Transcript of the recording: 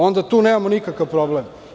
Onda tu nemamo nikakav problem.